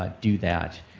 um do that.